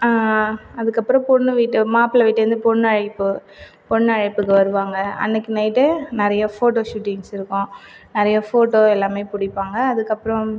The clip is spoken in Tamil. அதுக்கப்புறோ பொண்ணு வீட்டு மாப்பிள வீட்டிலிருந்து பொண்ணழைப்பு பெண்ணழைப்புக்கு வருவாங்கள் அன்னைக்கி நைட்டே நிறையே ஃபோட்டோ ஷூட்டிங்ஸ் இருக்கும் நிறைய ஃபோட்டோ எல்லாமே பிடிப்பாங்க அதுக்கப்புறம்